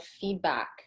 feedback